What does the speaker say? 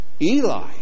Eli